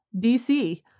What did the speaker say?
DC